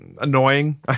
annoying